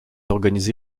organisé